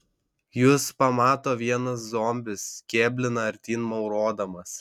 jus pamato vienas zombis kėblina artyn maurodamas